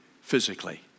physically